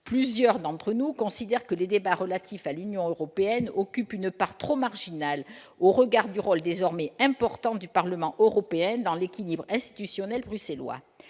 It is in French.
Plusieurs d'entre nous considèrent que les débats relatifs à l'Union européenne occupent une place trop marginale au regard du rôle désormais important que joue le Parlement européen dans l'équilibre institutionnel bruxellois.